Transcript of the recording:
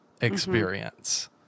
experience